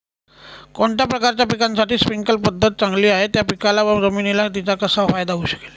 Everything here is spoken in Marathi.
कोणत्या प्रकारच्या पिकासाठी स्प्रिंकल पद्धत चांगली आहे? त्या पिकाला व जमिनीला तिचा कसा फायदा होऊ शकेल?